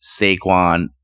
Saquon